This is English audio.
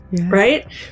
right